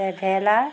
traveller